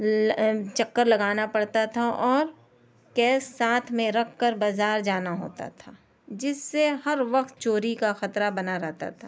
چکر لگانا پڑتا تھا اور کیس ساتھ میں رکھ کر بازار جانا ہوتا تھا جس سے ہر وقت چوری کا خطرہ بنا رہتا تھا